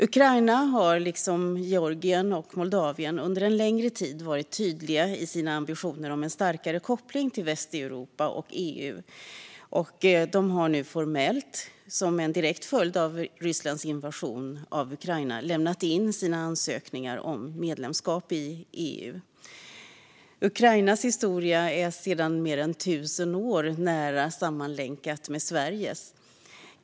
Ukraina, Georgien och Moldavien har under en längre tid varit tydliga i sina ambitioner om en starkare koppling till Västeuropa och EU och har nu formellt, som en direkt följd av Rysslands invasion av Ukraina, lämnat in sina ansökningar om medlemskap i EU. Ukrainas historia är sedan mer än tusen år nära sammanlänkad med Sveriges.